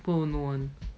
people won't know [one]